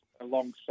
alongside